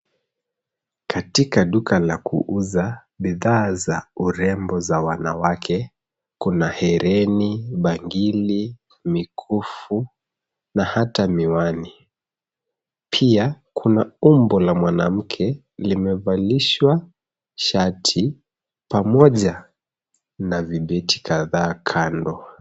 Katika duka la kuuza bidhaa za urembo za wanawake kuna herini, bangili, mikufu na hata miwani. Pia kuna umbo la mwanamke limevalishwa shati pamoja na vibeti kadhaa kando.